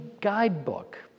guidebook